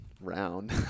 round